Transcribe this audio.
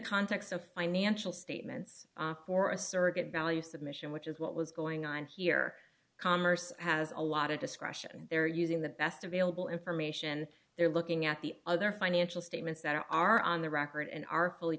context of financial statements for a surrogate value submission which is what was going on here commerce has a lot of discretion they're using the best available information they're looking at the other financial statements that are are on the record and are fully